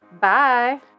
Bye